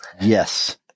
Yes